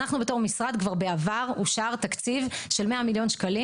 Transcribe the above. אנחנו בתור משרד כבר בעבר אושר תקציב של 100 מיליון שקלים,